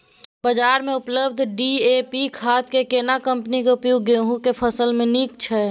बाजार में उपलब्ध डी.ए.पी खाद के केना कम्पनी के उपयोग गेहूं के फसल में नीक छैय?